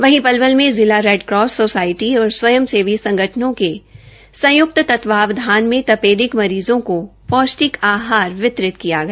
वहीं पलवल में जिला रेड क्रास सोसायटी और स्वयं सेवी संगठनों को संयुक्त तत्वाधान मे तपेदिक मरीज़ों की पौष्टिक् आहार वितरित किया गया